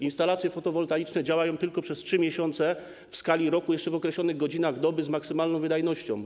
Instalacje fotowoltaiczne działają tylko przez 3 miesiące w skali roku, jeszcze w określonych godzinach doby, z maksymalną wydajnością.